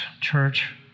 Church